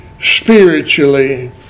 spiritually